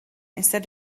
instead